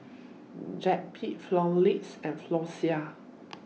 Zappy Panaflex and Floxia